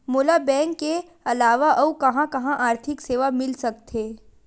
मोला बैंक के अलावा आऊ कहां कहा आर्थिक सेवा मिल सकथे?